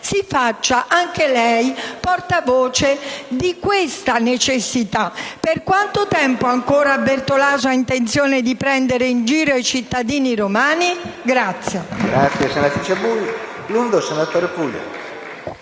si faccia dunque portavoce di questa necessità. Per quanto tempo ancora Bertolaso ha intenzione di prendere in giro i cittadini romani?